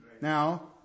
Now